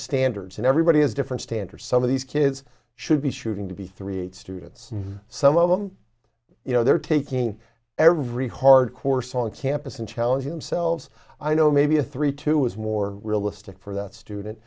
standards and everybody has different standards some of these kids should be shooting to be three hundred students some of them you know they're taking every hard course on campus and challenge themselves i know maybe a three to was more realistic for that student